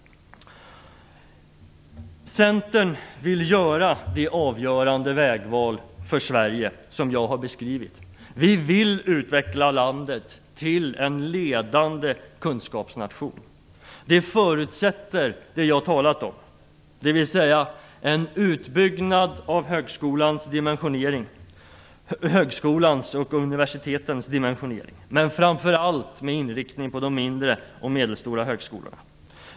Centern vill göra det avgörande vägval för Sverige som jag har beskrivit. Vi vill utveckla landet till en ledande kunskapsnation. Det förutsätter det jag talat om, dvs. en utbyggnad av högskolans och universitetens dimensionering, framför allt med inriktning på de mindre och medelstora högskolorna.